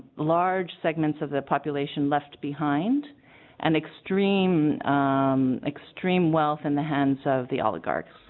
large segments of the population left behind an extreme um. extreme wealth in the hands of the oligarchy